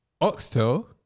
oxtail